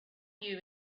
you